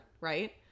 right